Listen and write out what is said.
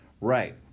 right